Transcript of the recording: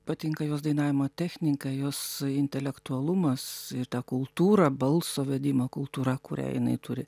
patinka jos dainavimo technika jos intelektualumas ta kultūra balso vedima kultūra kurią jinai turi